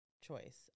choice